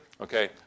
okay